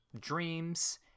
dreams